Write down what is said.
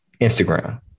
Instagram